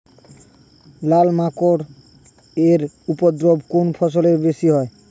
লাল মাকড় এর উপদ্রব কোন ফসলে বেশি হয়?